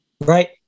right